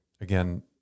again